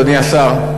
אדוני השר,